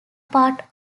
part